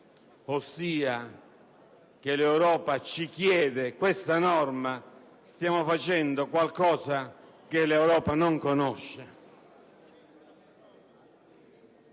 ossia che l'Europa ci chiede questa norma, noi stiamo facendo qualcosa che l'Europa non conosce.